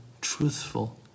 truthful